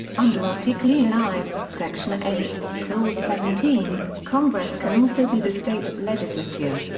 under article i, section eight, clause seventeen, congress can also be the state legislature.